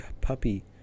puppy